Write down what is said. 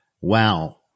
Wow